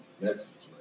message